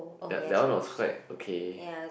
that that one was quite okay